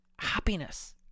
Happiness